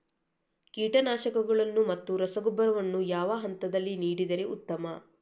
ಕೀಟನಾಶಕಗಳನ್ನು ಮತ್ತು ರಸಗೊಬ್ಬರವನ್ನು ಯಾವ ಹಂತದಲ್ಲಿ ನೀಡಿದರೆ ಉತ್ತಮ?